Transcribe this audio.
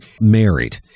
married